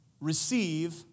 receive